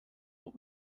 what